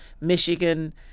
Michigan